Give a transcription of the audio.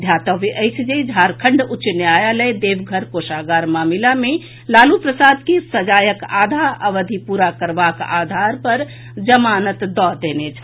ध्यातव्य अछि जे झारखंड उच्च न्यायालय देवघर कोषागार मामिला मे लालू प्रसाद के सजायक आधा अवधि पूरा करबाक आधार पर जमानत दऽ देने छल